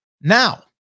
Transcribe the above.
Now